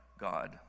God